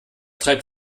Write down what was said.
treibt